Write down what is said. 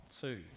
two